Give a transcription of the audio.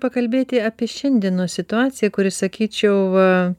pakalbėti apie šiandienos situaciją kuri sakyčiau va